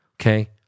Okay